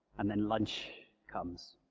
and then lunch comes.